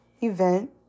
event